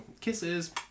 kisses